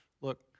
look